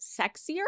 sexier